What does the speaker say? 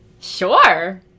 Sure